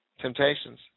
temptations